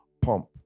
pump